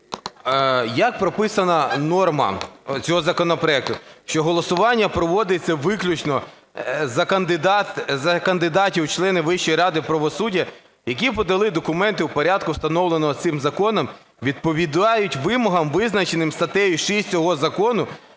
як прописана норма цього законопроекту: що голосування проводиться виключно за кандидатів у члени Вищої ради правосуддя, які подали документи в порядку, встановленому цим законом, відповідають вимогам, визначеним статтею 6 цього закону,